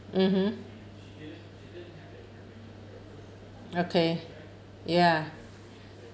mmhmm okay ya